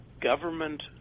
government